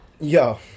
Yo